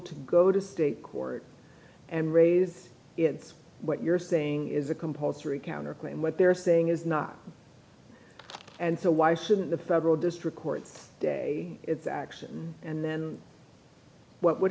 to go to state court and raise it's what you're saying is a compulsory counterclaim what they're saying is not and so why shouldn't the federal district courts day its action and then what w